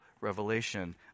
revelation